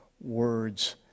Words